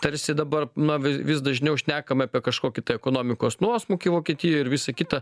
tarsi dabar na vi vis dažniau šnekame apie kažkokį tai ekonomikos nuosmukį vokietijoje ir visa kita